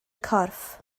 corff